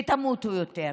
ותמותו יותר.